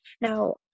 Now